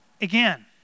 Again